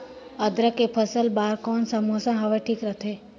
अदरक के फसल बार कोन सा मौसम हवे ठीक रथे?